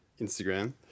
Instagram